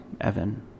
Evan